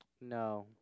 No